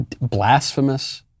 blasphemous